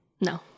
No